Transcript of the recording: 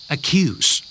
Accuse